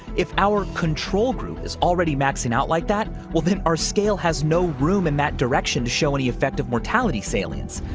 if our control group is already maxing out like that, well then our scale has no room in that direction to show any effective mortality salience.